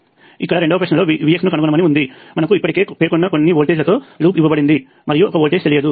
ఇక్కడ రెండవ ప్రశ్నలో Vx ను కనుగొనమని ఉంది మనకు ఇప్పటికే పేర్కొన్న కొన్ని వోల్టేజ్లతో లూప్ ఇవ్వబడింది మరియు ఒక వోల్టేజ్ తెలియదు